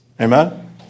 Amen